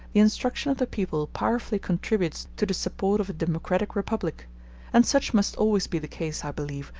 the instruction of the people powerfully contributes to the support of a democratic republic and such must always be the case, i believe,